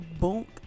Bunk